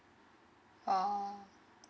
oh